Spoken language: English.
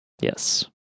Yes